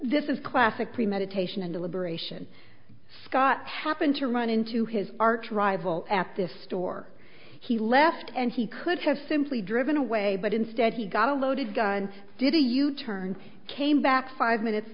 this is classic premeditation and deliberation scott happened to run into his arch rival at this store he left and he could have simply driven away but instead he got a loaded gun did a u turn came back five minutes